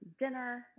dinner